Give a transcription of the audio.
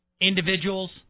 individuals